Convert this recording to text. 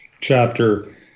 chapter